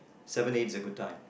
seven eight is a good time